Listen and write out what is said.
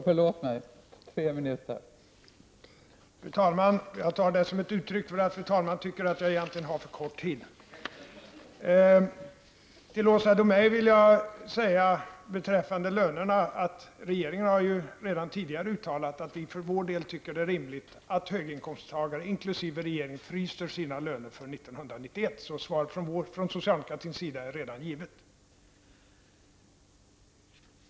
Fru talman! Till Åsa Domeij vill jag beträffande lönerna säga att regeringen redan tidigare har uttalat att vi för vår del anser att det är rimligt att höginkomsttagarna, inkl. regeringsmedlemmarna, fryser sina löner för 1991. Svaret från socialdemokratins sida är alltså redan givet.